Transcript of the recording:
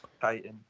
Titan